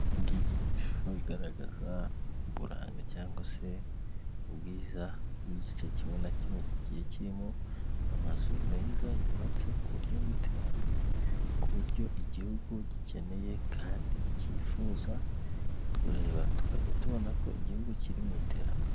Iyi ngiyi ni ishusho igaragaza uburanga cyangwa se ubwiza bw'igice kimwe na kimwe, kigiye kirimo amazu meza yubatse ku buryo bw'iterambere, ku buryo igihugu gikeneye kandi cyifuza, kureba tugahita tubona ko igihugu kiri mu iterambere.